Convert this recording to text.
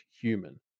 human